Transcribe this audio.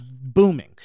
Booming